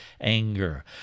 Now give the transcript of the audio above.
anger